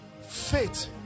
faith